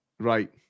Right